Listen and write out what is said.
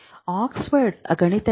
Oxford ಗಣಿತಜ್ಞ